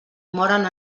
moren